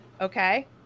Okay